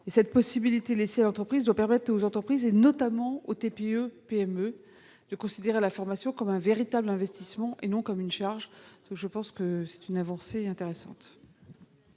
Cette possibilité doit permettre aux entreprises, notamment aux TPE et PME, de considérer la formation comme un véritable investissement et non comme une charge. C'est une avancée intéressante.